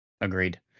Agreed